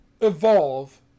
evolve